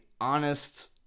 honest